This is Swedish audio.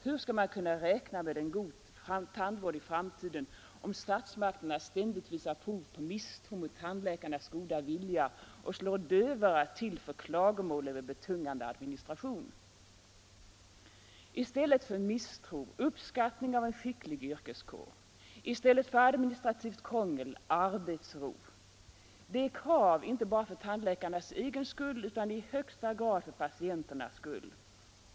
Hur skall man kunna räkna med en god tandvård i framtiden om statsmakterna ständigt visar prov på misstro mot tandläkarnas goda vilja och slår dövörat till för klagomål över betungande administration? I stället för misstro, uppskattning av en skicklig yrkeskår. I stället för administrativt krångel, arbetsro. Det är krav inte bara för tandläkarnas egen skull utan i högsta grad för patienternas skull.